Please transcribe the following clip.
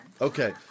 Okay